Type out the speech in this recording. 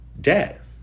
debt